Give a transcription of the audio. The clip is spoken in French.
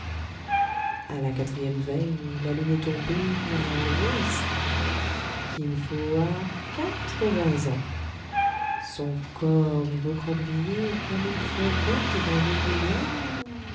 a la quatrième veille la lune est tombée à l'ouest kin fo a quatre-vingts ans son corps est recroquevillé comme une crevette dans l'eau bouillante